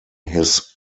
his